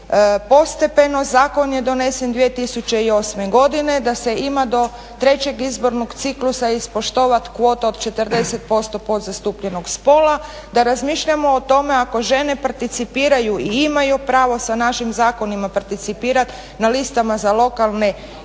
postepeno. Zakon je donesen 2008. godine, da se ima do trećeg izbornog ciklusa ispoštovat kvota od 40% podzastupljenog spola, da razmišljamo o tome ako žene participiraju i imaju pravo sa našim zakonima participirati na listama za lokalne i